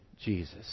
Jesus